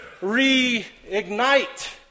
reignite